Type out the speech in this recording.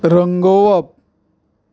रंगोवप